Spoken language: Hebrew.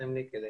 שנתתם לי כדי